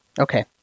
Okay